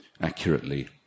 accurately